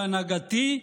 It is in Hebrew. בהנהגתי,